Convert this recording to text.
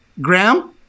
Graham